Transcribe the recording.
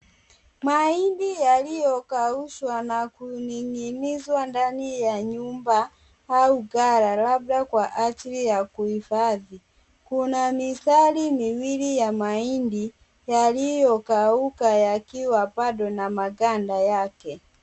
Mahindi yaliyokaushwa na kuning'inizwa ndani ya nyumba au ghala labda kwa ajili ya kuhifadhi. Kuna mistari miwili ya mahindi yaliyokauka yakiwa bado na maganda yake.